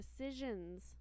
decisions